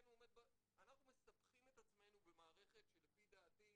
כן הוא עומד ב אנחנו מסבכים את עצמנו במערכת שלפי דעתי,